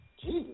Jesus